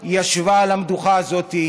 ישבה על המדוכה הזאת,